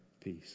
peace